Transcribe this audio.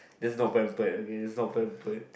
there's not pamper okay is not pampered